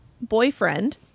boyfriend